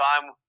time